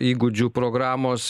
įgūdžių programos